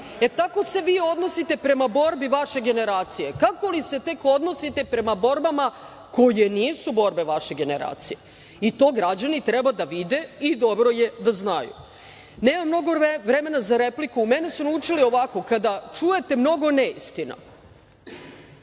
Tako se vi odnosite prema borbi vaše generacije. Kako li se tek odnosite prema borbama koje nisu borbe vaše generacije, to građani treba da vide i dobro je da znaju. Nemam mnogo vremena za repliku, mene su naučili ovako. Kada čujete mnogo neistina,